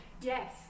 yes